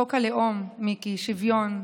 חוק הלאום, מיקי, שוויון.